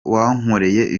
wankoreye